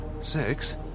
Six